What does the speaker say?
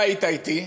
אתה היית אתי,